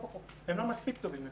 הם לא מספיק טובים.